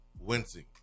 wincing